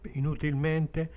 inutilmente